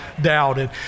doubted